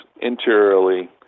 interiorly